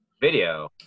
video